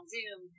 Zoom